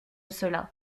cela